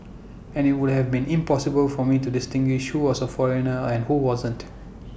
and IT would have been impossible for me to distinguish who was A foreigner and who wasn't